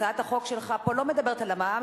הצעת החוק שלך פה לא מדברת על המע"מ,